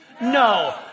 No